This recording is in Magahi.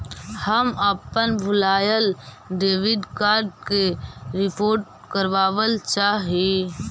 हम अपन भूलायल डेबिट कार्ड के रिपोर्ट करावल चाह ही